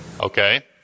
Okay